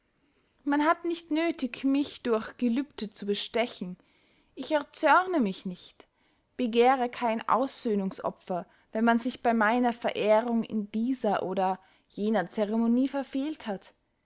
man hat nicht nöthig mich durch gelübde zu bestechen ich erzörne mich nicht begehre kein aussöhnungsopfer wenn man sich bey meiner verehrung in dieser oder jener ceremonie verfehlt hat